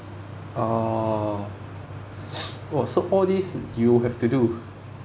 orh !whoa! so all this you have to do